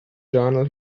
journal